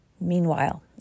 Meanwhile